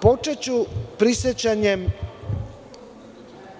Počeću prisećanjem